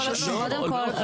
רגע,